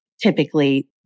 typically